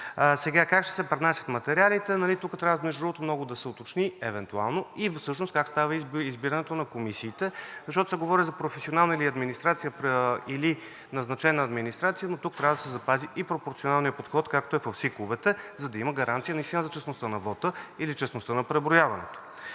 Как ще се пренасят материалите? Трябва, между другото, много да се уточни евентуално и всъщност как става избирането на комисиите, защото се говори за професионална или назначена администрация, но тук трябва да се запази и пропорционалният подход, както е в СИК-овете, за да има гаранция наистина за честността на вота или честността на преброяването.